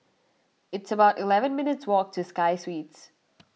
it's about eleven minutes' walk to Sky Suites